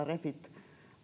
refit